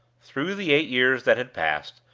through the eight years that had passed,